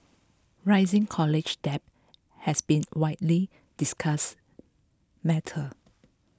rising college debt has been widely discussed matter